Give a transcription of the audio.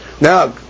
now